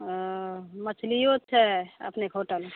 हँ मछलियो छै अपनेके होटलमे